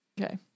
Okay